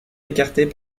écartées